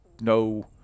no